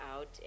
out